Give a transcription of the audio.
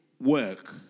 work